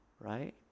Right